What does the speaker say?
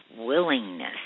willingness